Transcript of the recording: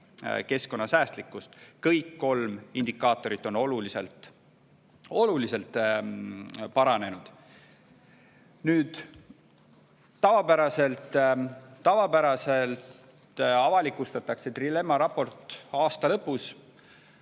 keskkonnasäästlikkust. Kõik kolm indikaatorit on oluliselt paranenud. Tavapäraselt avalikustatakse trilemma raport aasta lõpus,